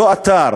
באותו אתר,